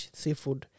seafood